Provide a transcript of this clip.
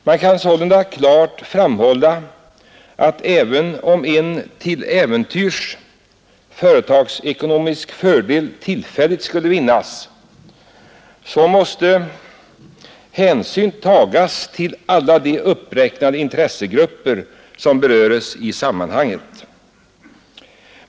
Man kan sålunda klart framhålla att även om en till äventyrs företagsekonomisk fördel tillfälligt skulle vinnas måste hänsyn tas till alla de uppräknade intressegrupper som berörs i sammanhanget.